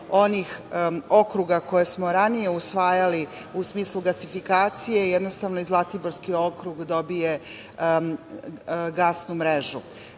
onih okruga koje smo ranije usvajali u smislu gasifikacije, jednostavno da i Zlatiborski okrug dobije gasnu mrežu.Zašto